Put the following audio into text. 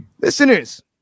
Listeners